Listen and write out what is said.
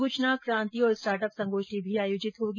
सूचना क्रांति और स्टार्टअप संगोष्ठी भी आयोजित होगी